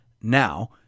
now